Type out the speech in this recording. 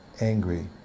angry